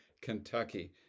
Kentucky